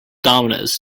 dominoes